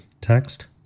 text